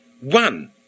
one